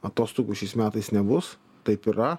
atostogų šiais metais nebus taip yra